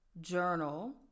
journal